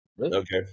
Okay